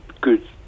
good